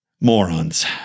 Morons